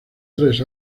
tres